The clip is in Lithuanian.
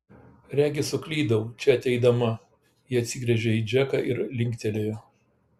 regis suklydau čia ateidama ji atsigręžė į džeką ir linktelėjo